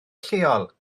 lleol